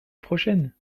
prochaine